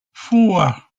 four